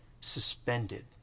suspended